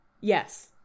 Yes